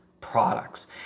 products